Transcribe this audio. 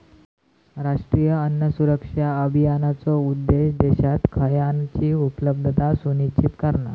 राष्ट्रीय अन्न सुरक्षा अभियानाचो उद्देश्य देशात खयानची उपलब्धता सुनिश्चित करणा